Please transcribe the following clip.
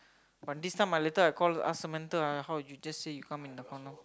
but this time I later I call ask Samantha how you just say you come in the corner